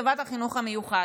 לטובת החינוך המיוחד.